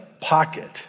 pocket